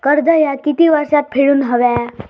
कर्ज ह्या किती वर्षात फेडून हव्या?